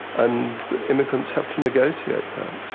and immigrants have to negotiate that.